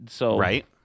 Right